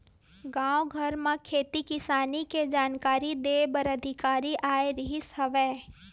गाँव घर म खेती किसानी के जानकारी दे बर अधिकारी आए रिहिस हवय